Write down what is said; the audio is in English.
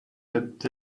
that